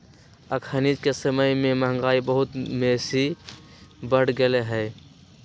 अखनिके समय में महंगाई बहुत बेशी बढ़ गेल हइ